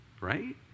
right